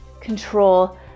control